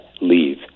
leave